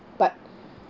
but